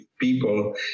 people